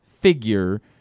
figure